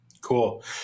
Cool